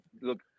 look